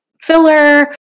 filler